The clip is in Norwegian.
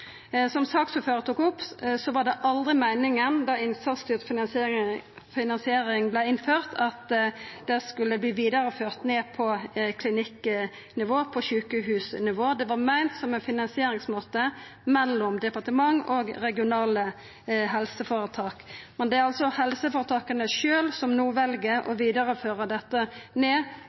Som saksordføraren tok opp, var det aldri meininga då den innsatsstyrte finansieringa vart innført, at det skulle verta vidareført ned på klinikknivå, på sjukehusnivå. Det var meint som ein finansieringsmåte mellom departement og regionale helseføretak. Men det er altså helseføretaka sjølve som no vel å vidareføra dette ned